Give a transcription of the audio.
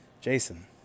jason